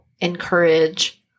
encourage